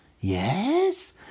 yes